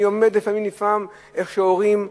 אני עומד לפעמים נפעם איך הורים לילד,